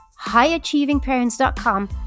highachievingparents.com